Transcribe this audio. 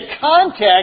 context